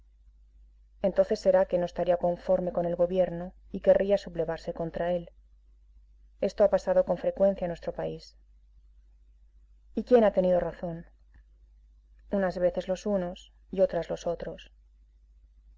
entonces será que no estaría conforme con el gobierno y querría sublevarse contra él esto ha pasado con frecuencia en nuestro país y quién ha tenido razón unas veces los unos y otras los otros